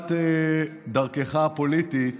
תחילת דרכך הפוליטית